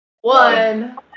One